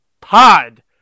pod